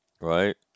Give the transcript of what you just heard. right